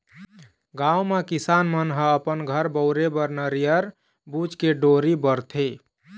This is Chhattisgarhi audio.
गाँव म किसान मन ह अपन घर बउरे बर नरियर बूच के डोरी बरथे